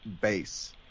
base